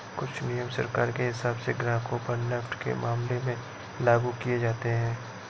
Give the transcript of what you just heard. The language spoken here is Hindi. कुछ नियम सरकार के हिसाब से ग्राहकों पर नेफ्ट के मामले में लागू किये जाते हैं